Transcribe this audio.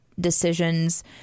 decisions